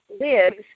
lives